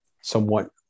somewhat